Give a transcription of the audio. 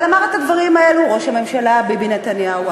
אבל אמר את הדברים האלה ראש הממשלה ביבי נתניהו.